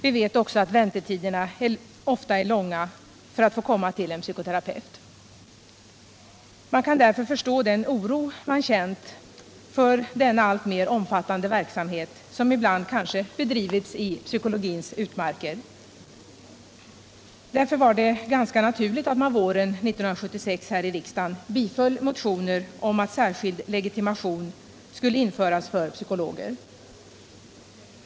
Vi vet också att väntetiderna ofta är långa för att få komma till en psykoterapeut. Jag kan förstå den oro man känt för denna alltmer omfattande verksamhet, som ibland kanske bedrivits i psykologins utmarker. Därför var det ganska naturligt att riksdagen våren 1976 biföll motioner om att särskild legitimation skulle införas för psykologer.